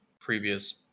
previous